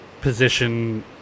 position